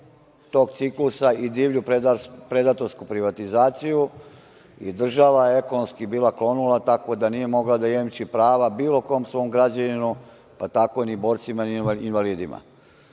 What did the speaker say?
smo videli i divlju predatorsku privatizaciju i država je ekonomski klonula, tako da nije mogla da jemči prava bilo kom svom građaninu, pa tako ni borcima, ni invalidima. Prava